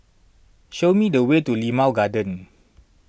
show me the way to Limau Garden